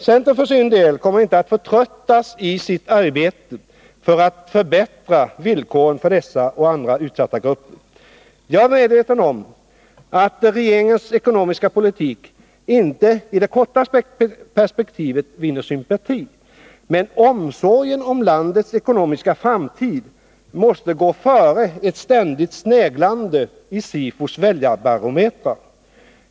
Centern för sin del kommer inte att förtröttas i sitt arbete för att förbättra villkoren för dessa och andra utsatta grupper. Jag är medveten om att regeringens ekonomiska politik inte alltid i det korta perspektivet vinner sympati. Men omsorgen om landets ekonomiska framtid måste gå före ett ständigt sneglande i SIFO:s väljarbarometrar.